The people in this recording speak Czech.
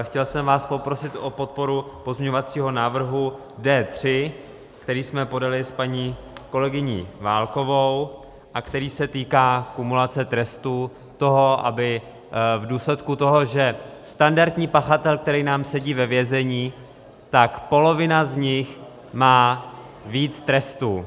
Chtěl jsem vás poprosit o podporu pozměňovacího návrhu D3, který jsme podali s paní kolegyní Válkovou a který se týká kumulace trestů, toho, aby v důsledku toho, že standardní pachatel, který sedí ve vězení, tak polovina z nich má víc trestů.